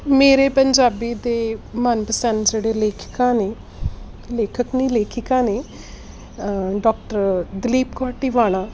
ਮੇਰੇ ਪੰਜਾਬੀ ਦੇ ਮਨਪਸੰਦ ਜਿਹੜੇ ਲੇਖਿਕਾ ਨੇ ਲੇਖਕ ਨੇ ਲੇਖਿਕਾ ਨੇ ਡਾਕਟਰ ਦਲੀਪ ਕੌਰ ਟਿਵਾਣਾ